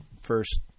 first